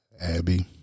Abby